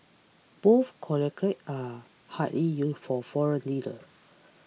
both accolades are hardly used for foreign leaders